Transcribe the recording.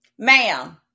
Ma'am